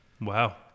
Wow